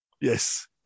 Yes